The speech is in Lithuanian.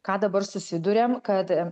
ką dabar susiduriam kad